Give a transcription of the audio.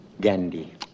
Gandhi